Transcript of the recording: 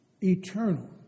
eternal